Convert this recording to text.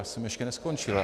Já jsem ještě neskončil.